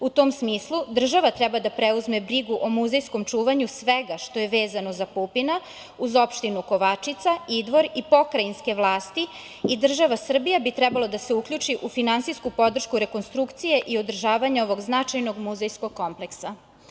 U tom smislu država treba da preuzme brigu o muzejskom čuvanju svega što je vezano za Pupina uz opštinu Kovačica, Idvor i pokrajinske vlasti i država Srbija bi trebala da se uključi u finansijsku podršku rekonstrukcije i održavanja ovog značajnog muzejskog kompleksa.